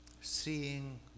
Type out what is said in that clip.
Seeing